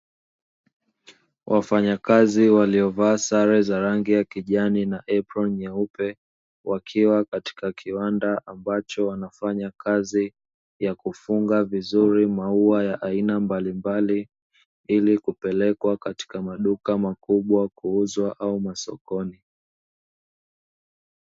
Wafanyakazi waliovaa sare za rangi ya kijani na aproni nyeupe, wakiwa katika kiwanda ambacho wanafanya kazi ya kufunga vizuri maua ya aina mbalimbali ili kupelekwa katika maduka makubwa kuuzwa au sokoni.